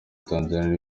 tanzania